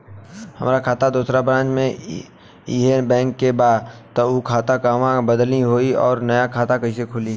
हमार खाता दोसर ब्रांच में इहे बैंक के बा त उ खाता इहवा कइसे बदली होई आ नया खाता कइसे खुली?